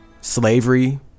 slavery